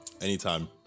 Anytime